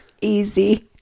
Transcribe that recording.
easy